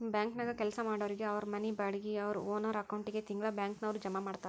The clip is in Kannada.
ಬ್ಯಾಂಕನ್ಯಾಗ್ ಕೆಲ್ಸಾ ಮಾಡೊರಿಗೆ ಅವ್ರ್ ಮನಿ ಬಾಡ್ಗಿ ಅವ್ರ್ ಓನರ್ ಅಕೌಂಟಿಗೆ ತಿಂಗ್ಳಾ ಬ್ಯಾಂಕ್ನವ್ರ ಜಮಾ ಮಾಡ್ತಾರ